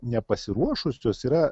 nepasiruošusius yra